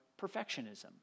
perfectionism